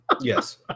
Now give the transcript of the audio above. Yes